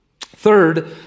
Third